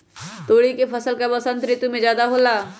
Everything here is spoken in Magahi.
तोरी के फसल का बसंत ऋतु में ज्यादा होला?